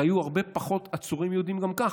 כי היו הרבה פחות עצורים יהודים גם כך,